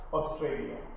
Australia